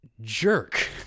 jerk